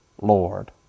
Lord